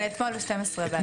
כן, אתמול ב-00:00 בלילה.